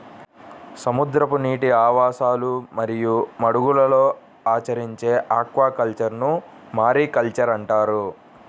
సముద్రపు నీటి ఆవాసాలు మరియు మడుగులలో ఆచరించే ఆక్వాకల్చర్ను మారికల్చర్ అంటారు